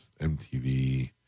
MTV